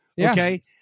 Okay